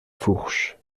fourche